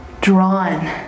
drawn